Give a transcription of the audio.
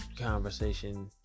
conversation